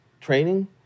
training